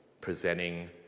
presenting